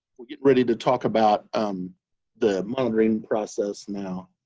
we're getting ready to talk about the monitoring process now.